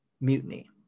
mutiny